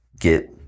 get